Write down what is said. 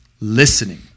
listening